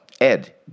Ed